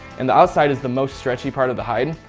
and the outside is the most stretchy part of the hide,